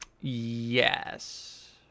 Yes